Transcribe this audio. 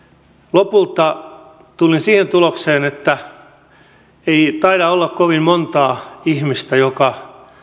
lopulta tulin siihen tulokseen että ei taida olla kovin montaa ihmistä joka